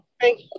Thank